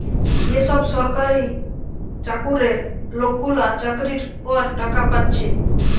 যে সব সরকারি চাকুরে লোকগুলা চাকরির পর টাকা পাচ্ছে